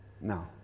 No